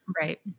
right